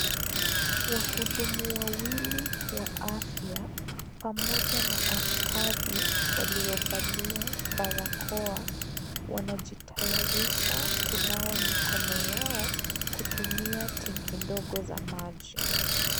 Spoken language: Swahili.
Wahudumu wawili wa afya pamoja na askari waliovalia barakoa wanajitayarisha kunawa mikono yao kutumia tenki ndogo za maji.